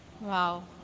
Wow